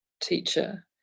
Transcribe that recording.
teacher